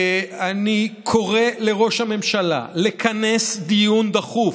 אני קורא לראש הממשלה לכנס דיון דחוף,